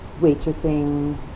waitressing